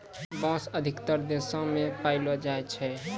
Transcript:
बांस अधिकतर देशो म पयलो जाय छै